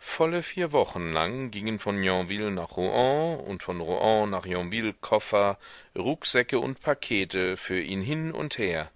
volle vier wochen lang gingen von yonville nach rouen und von rouen nach yonville koffer rucksäcke und pakete für ihn hin und her